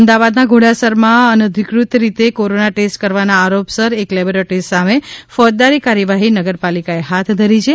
અમદાવાદ ના ઘોડાસર માં અનાધિકૃત રીતે કોરોના ટેસ્ટ કરવાના આરોપસર એક લેબોરેટરી સામે ફોજદારી કાર્યવાહી મહાનગર્પાલિકાએ હાથ ધરી છે